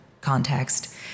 context